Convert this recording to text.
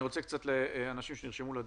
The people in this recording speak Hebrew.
אני רוצה לשמוע אנשים שנרשמו לדיון.